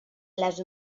les